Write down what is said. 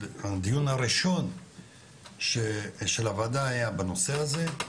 הדיון הראשון של הוועדה היה בנושא הזה,